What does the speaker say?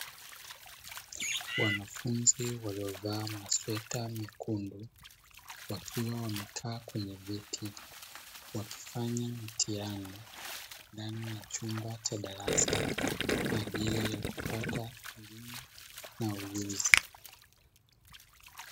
Wanafunzi waliovaa masweta mekundu wakiwa wamekaa kwenye viti wakifanyafanya mtihani ndani ya chumba cha darasa, kwa ajili ya kupata elimu na ujuzi.